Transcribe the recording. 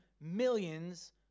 millions